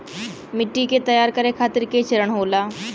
मिट्टी के तैयार करें खातिर के चरण होला?